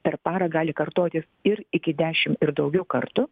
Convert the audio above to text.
per parą gali kartotis ir iki dešim ir daugiau kartų